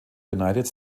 united